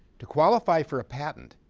to qualify for a patent,